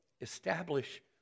establish